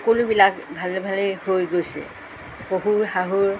সকলোবিলাক ভালে ভালেই হৈ গৈছে শহুৰ শাহুৰ